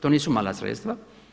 To nisu mala sredstva.